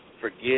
Forget